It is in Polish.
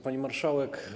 Pani Marszałek!